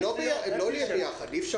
התקשרו